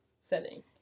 setting